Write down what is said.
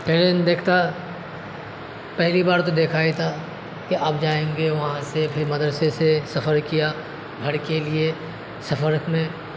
train دیکھتا پہلی بار تو دیکھا ہی تھا کہ اب جائیں گے وہاں سے پھر مدرسے سے سفر کیا گھر کے لیے سفر میں